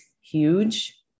huge